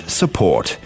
support